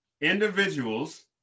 Individuals